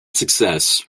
success